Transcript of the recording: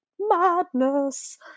madness